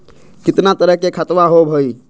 कितना तरह के खातवा होव हई?